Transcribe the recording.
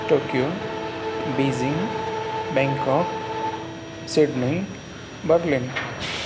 Tokyo Beijing Bangkok Sydney Berlin